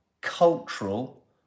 cultural